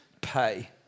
pay